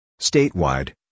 Statewide